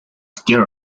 still